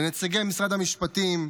לנציגי משרד המשפטים,